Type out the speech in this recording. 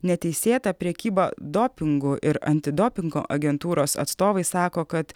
neteisėta prekyba dopingu ir antidopingo agentūros atstovai sako kad